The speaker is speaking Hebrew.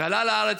ועלה לארץ,